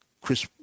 Chris